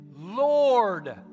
Lord